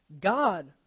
God